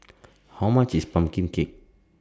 How much IS Pumpkin Cake